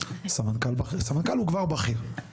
סמנכ"ל בכיר.